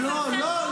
מדוע?